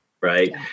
Right